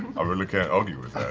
really can't argue with that.